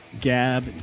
gab